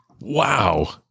Wow